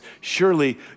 surely